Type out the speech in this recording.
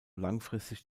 langfristig